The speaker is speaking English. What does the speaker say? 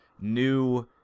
new